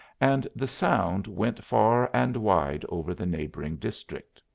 and the sound went far and wide over the neighbouring district.